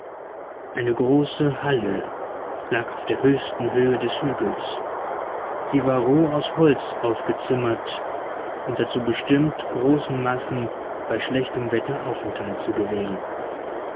eine große halle lag auf der höchsten höhe des hügels sie war roh aus holz aufgezimmert und dazu bestimmt großen massen bei schlechtem wetter aufenthalt zu gewähren